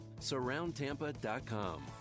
Surroundtampa.com